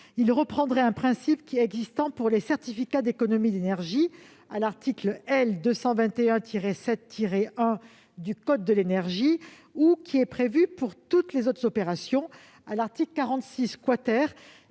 à reprendre un principe existant pour les certificats d'économies d'énergie à l'article L. 221-7-1 du code de l'énergie ou qui est prévu pour toutes les autres opérations à l'article 46 du